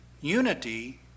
unity